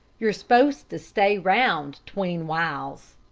you're s'posed to stay round tween whiles.